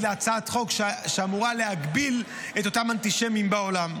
להצעת חוק שאמורה להגביל את אותם אנטישמים בעולם.